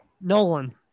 Nolan